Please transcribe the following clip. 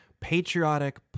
patriotic